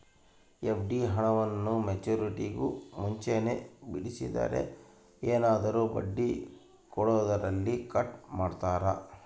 FD ಹಣವನ್ನು ಮೆಚ್ಯೂರಿಟಿಗೂ ಮುಂಚೆನೇ ಬಿಡಿಸಿದರೆ ಏನಾದರೂ ಬಡ್ಡಿ ಕೊಡೋದರಲ್ಲಿ ಕಟ್ ಮಾಡ್ತೇರಾ?